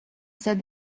said